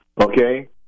Okay